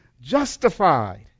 justified